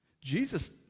Jesus